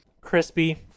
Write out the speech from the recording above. Crispy